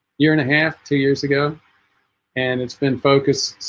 year and a half two years ago and it's been focused